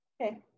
Okay